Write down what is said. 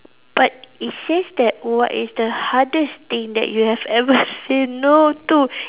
but it says that what is the hardest thing that you have ever said no to